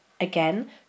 Again